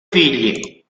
figli